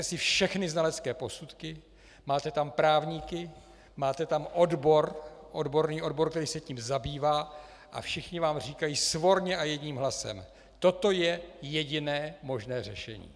Opatříte si všechny znalecké posudky, máte tam právníky, máte tam odbor, odborný odbor, který se tím zabývá, a všichni vám říkají svorně a jedním hlasem: Toto je jediné možné řešení.